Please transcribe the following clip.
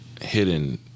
hidden